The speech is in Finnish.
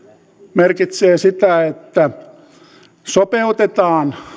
merkitsee sitä että sopeutetaan